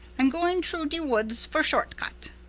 i'm goin' troo de woods for short cut.